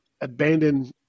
abandon